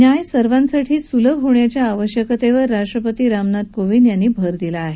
न्याय सर्वांसाठी सुलभ होण्याच्या आवश्यकतेवर राष्ट्रपती रामनाथ कोविंद यांनी भर दिला आहे